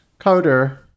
coder